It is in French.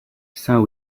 saint